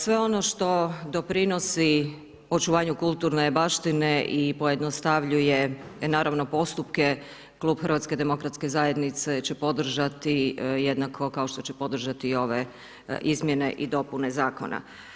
Sve ono što doprinosi očuvanju kulturne baštine i pojednostavljuje naravno postupke klub HDZ-a će podržati, jednako kao što će podržati i ove izmjene i dopune zakona.